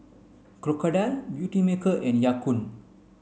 Crocodile Beautymaker and Ya Kun